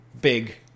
big